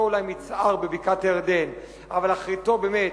אולי מצער בבקעת-הירדן אבל אחריתו באמת